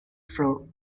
floor